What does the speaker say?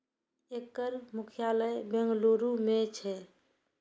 एकर मुख्यालय बेंगलुरू मे छै